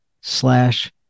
slash